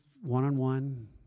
one-on-one